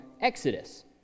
Exodus